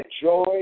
joy